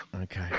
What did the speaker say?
Okay